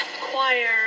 choir